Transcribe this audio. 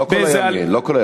לא,